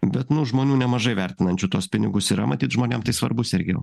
bet nu žmonių nemažai vertinančių tuos pinigus yra matyt žmonėm tai svarbus irgi